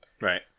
Right